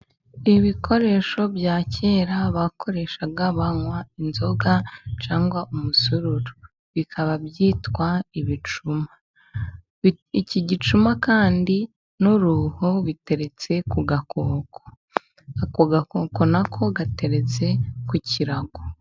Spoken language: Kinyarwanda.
Ibikoresho bya kera bakoreshaga banywa inzoga cyangwa umusururu, bikaba byitwa ibicuma. Iki gicuma kandi n'uruho biteretse ku gakoko, ako gakoko nako gateretse ku kirago.